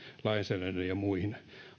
lainsäädännöllisiin ja muihin